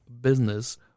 business